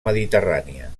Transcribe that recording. mediterrània